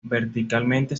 verticalmente